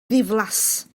ddiflas